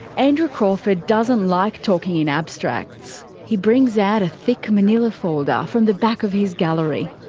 andrew crawford doesn't like talking in abstracts. he brings out a thick manila folder from the back of his gallery.